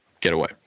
getaway